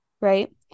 right